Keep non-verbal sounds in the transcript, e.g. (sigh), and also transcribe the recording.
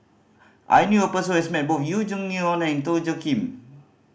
I knew a person who has met both You Jin (unintelligible) and Ton Joe Kim